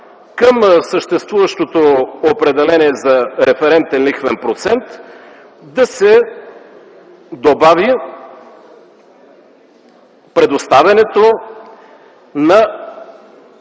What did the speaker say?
Към съществуващото определение за референтен лихвен процент да се добави: „предоставянето на